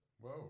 Whoa